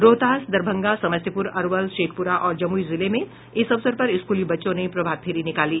रोहतास दरभंगा समस्तीपुर अरवल शेखपुरा और जमुई जिले में इस अवसर पर स्कूली बच्चों ने प्रभात फेरी निकाली